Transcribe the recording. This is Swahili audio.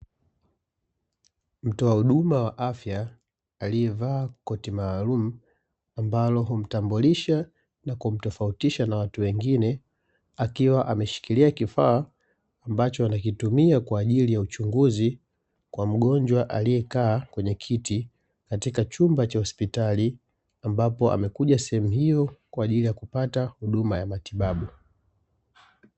Mtoa huduma wa afya aliyevaa koti maalumu ambalo humtambulisha na kumtofautisha na watu wengine, akiwa ameshikilia kifaa ambacho anakitumia kwaajili ya uchunguzi kwa mgonjwa aliekaa kwenye kiti katika chumba cha hospitali, ambapo amekuja sehemu hiyo kwaajili ya kupata huduma ya matibabu.